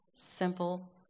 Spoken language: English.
simple